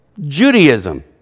Judaism